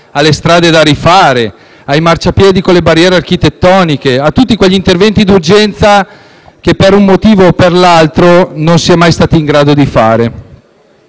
alle strade da rifare, ai marciapiedi con le barriere architettoniche, a tutti quegli interventi d'urgenza che, per un motivo o per l'altro, non si è mai stati in grado di fare